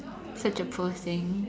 such a poor thing